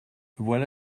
voilà